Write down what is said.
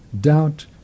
doubt